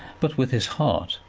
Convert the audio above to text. but with his heart.